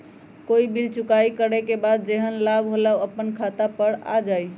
कोई बिल चुकाई करे के बाद जेहन लाभ होल उ अपने खाता पर आ जाई?